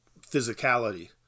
physicality